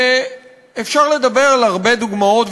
ואפשר לדבר על הרבה דוגמאות,